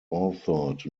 authored